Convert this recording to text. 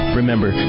Remember